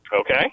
Okay